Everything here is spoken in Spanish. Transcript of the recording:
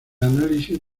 análisis